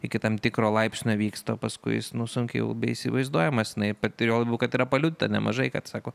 iki tam tikro laipsnio vyksta paskui jis nu sunkiai jau beįsivaizduojamas jinai pati juo labiau kad yra paliudyta nemažai kad sako